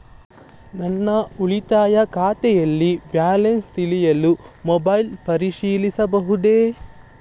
ನನ್ನ ಉಳಿತಾಯ ಖಾತೆಯಲ್ಲಿ ಬ್ಯಾಲೆನ್ಸ ತಿಳಿಯಲು ಮೊಬೈಲ್ ಪರಿಶೀಲಿಸಬಹುದೇ?